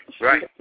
Right